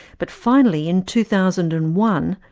but finally in two thousand and one,